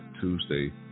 Tuesday